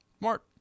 smart